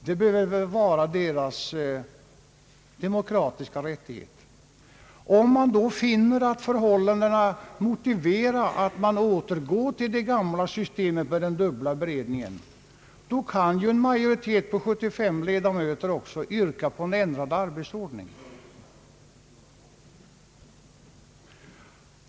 Det må väl vara deras demokratiska rättighet. Om man då finner att förhållandena motiverar att man återgår till det gamla systemet med den dubbla beredningen, kan ju en majoritet på 75 ledamöter också yrka på en ändrad arbetsordning.